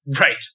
Right